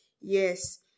yes